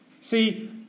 see